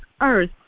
earth